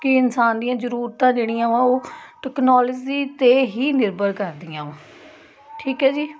ਕਿ ਇਨਸਾਨ ਦੀਆਂ ਜ਼ਰੂਰਤਾਂ ਜਿਹੜੀਆਂ ਵਾ ਉਹ ਟੈਕਨੋਲਜੀ 'ਤੇ ਹੀ ਨਿਰਭਰ ਕਰਦੀਆਂ ਵਾ ਠੀਕ ਹੈ ਜੀ